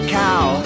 cow